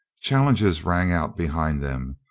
challenges rang out behind them.